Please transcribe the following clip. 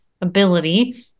ability